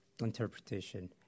interpretation